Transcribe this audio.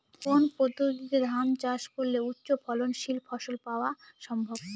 কোন পদ্ধতিতে ধান চাষ করলে উচ্চফলনশীল ফসল পাওয়া সম্ভব?